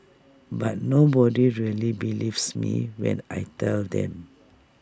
but nobody really believes me when I tell them